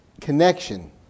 connection